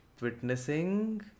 Witnessing